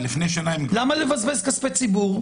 למה לבזבז כספי ציבור?